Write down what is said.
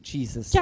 Jesus